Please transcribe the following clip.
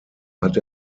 hat